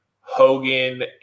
Hogan